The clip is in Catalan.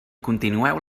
continueu